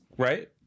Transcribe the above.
right